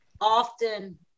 often